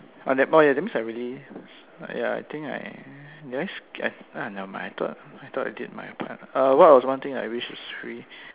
oh that oh that means I already ya I think did I sk~ I ah never mind I thought I thought I did my part uh what was one thing I wish was free